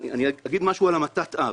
אגיד משהו על המתת אב: